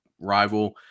rival